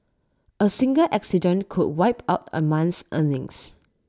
A single accident could wipe out A month's earnings